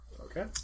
Okay